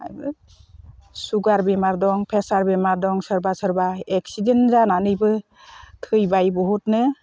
आरो सुगार बेमार दं प्रेसार बेमार दं सोरबा सोरबा एक्सिदेन्ट जानानैनो थैबाय बहुदनो